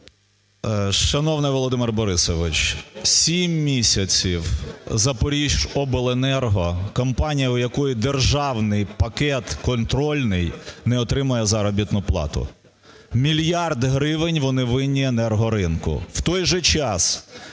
Шановний Володимир Борисович! Сім місяців "Запоріжжяобленерго"– компанія, у якої державний пакет, контрольний, – не отримує заробітну плату. Мільярд гривень вони винні енергоринку.